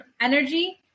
energy